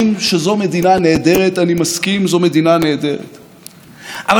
אבל אתה לא יכול לטעון שזו מדינה נהדרת ובה בעת